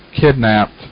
kidnapped